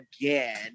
again